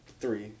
three